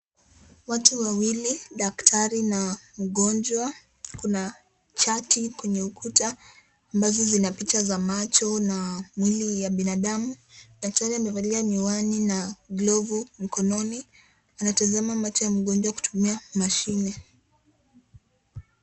Watu wawili, daktari na mgonjwa. Kuna chati kwenye ukuta ambazo zina picha za macho na mwili ya binadamu na tena amevalia miwani na glove mkononi. Anatazama mate ya mgonjwa kutumia mashine.